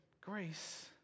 grace